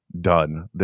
done